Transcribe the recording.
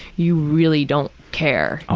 you really don't care.